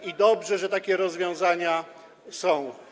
I dobrze, że takie rozwiązania są.